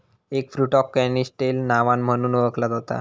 एगफ्रुटाक canistel नावान म्हणुन ओळखला जाता